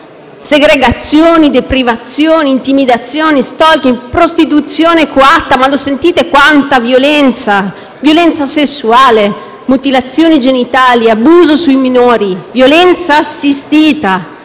segregazioni, deprivazione, intimidazioni, *stalking*, prostituzione coatta - sentite quanta violenza? - violenza sessuale, mutilazioni genitali, abuso sui minori, violenza assistita,